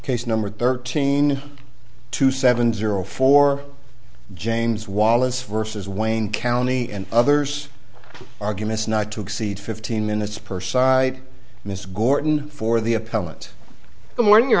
case number thirteen two seven zero four james wallace versus wayne county and others arguments not to exceed fifteen minutes per side miss gordon for the appellant morning